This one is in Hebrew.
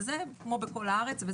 וזה כמו בכל הארץ.